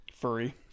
furry